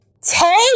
take